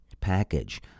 package